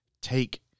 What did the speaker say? take